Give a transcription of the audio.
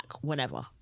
whenever